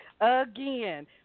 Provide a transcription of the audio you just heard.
again